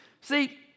See